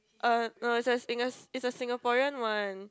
uh no it's a singa~ it's a Singaporean one